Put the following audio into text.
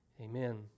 Amen